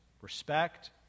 respect